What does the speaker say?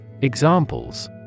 Examples